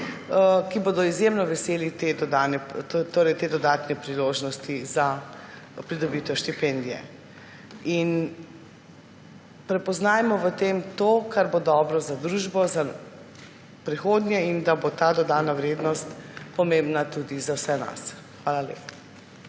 ki bodo izjemno veseli te dodatne priložnosti za pridobitev štipendije. Prepoznajmo v tem to, kar bo dobro za družbo, za prihodnje in da bo ta dodana vrednost pomembna tudi za vse nas. Hvala lepa.